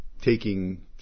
taking